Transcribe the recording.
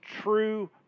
true